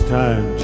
time